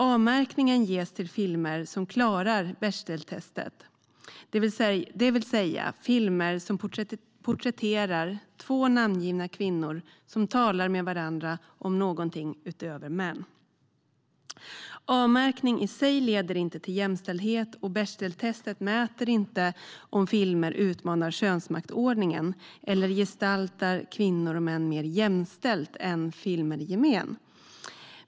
A-märkningen ges till filmer som klarar Bechdeltestet, det vill säga filmer som porträtterar två namngivna kvinnor som talar med varandra om någonting utöver män. A-märkning i sig leder inte till jämställdhet, och Bechdeltestet mäter inte om filmer utmanar könsmaktsordningen eller gestaltar kvinnor och män mer jämställt än filmer i gemen.